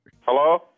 Hello